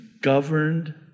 governed